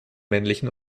männlichen